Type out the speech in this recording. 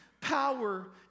power